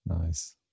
Nice